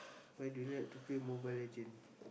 why do you like to play Mobile-Legend